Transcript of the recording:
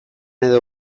edo